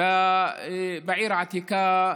בעיר העתיקה,